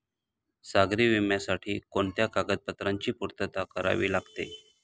सागरी विम्यासाठी कोणत्या कागदपत्रांची पूर्तता करावी लागते?